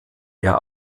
der